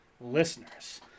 listeners